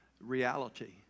reality